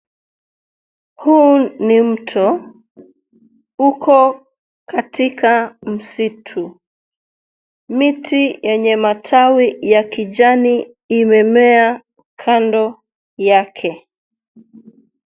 Huu ni mto. Uko katika msitu. Miti yenye matawi ya kijani imemea kando yake .